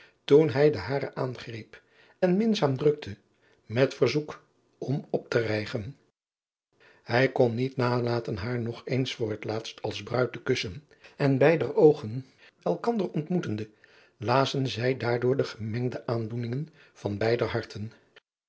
oosjes zn et leven van aurits ijnslager zaam drukte met verzoek om op te rijgen ij kon niet nalaten haar nog eens voor het laatst als ruid te kussen en beider pogen elkander ontmoetende lazen zij daardoor de gemengde aandoeningen van beider harten